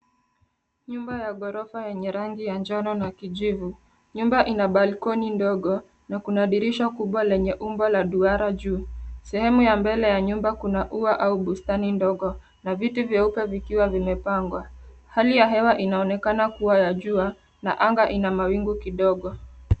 Nyumba ya ghorofa yenye rangi ya njano na kijivu. Nyumba ina balkoni ndogo, na kuna dirisha kubwa lenye umbo la duara juu. Sehemu ya mbele ya nyumba kuna ua au bustani ndogo, na viti vyeupe vikiwa vimepangwa. Hali ya hewa inaonekana kuwa ya jua na anga ina mawingu kidogo.